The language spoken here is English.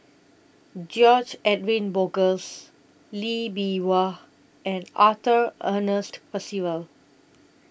George Edwin Bogaars Lee Bee Wah and Arthur Ernest Percival